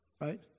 right